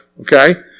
okay